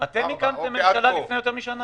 אני לא מתווכח ברמה המקצועית עם משה,